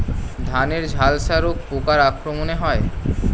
ধানের ঝলসা রোগ পোকার আক্রমণে হয়?